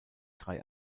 drei